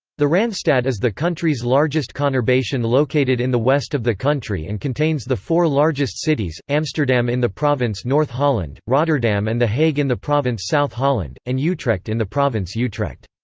the randstad is the country's largest conurbation located in the west of the country and contains the four largest cities amsterdam in the province north holland, rotterdam and the hague in the province south holland, and utrecht in the province utrecht.